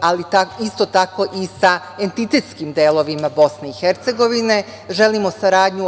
ali isto tako i sa entitetskim delovima BiH, želimo saradnju